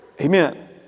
Amen